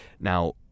now